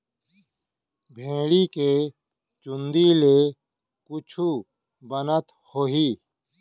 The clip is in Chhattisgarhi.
भेड़ी के चूंदी ले कुछु बनत होही?